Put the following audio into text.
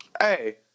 Hey